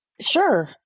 Sure